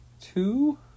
two